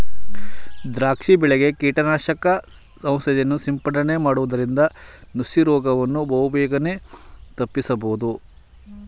ದ್ರಾಕ್ಷಿ ಬೆಳೆಗೆ ಕೀಟನಾಶಕ ಔಷಧಿಯನ್ನು ಸಿಂಪಡನೆ ಮಾಡುವುದರಿಂದ ನುಸಿ ರೋಗವನ್ನು ಬಹುಬೇಗನೆ ತಪ್ಪಿಸಬೋದು